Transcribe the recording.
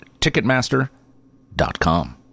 Ticketmaster.com